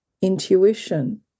intuition